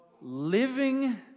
living